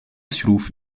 schroef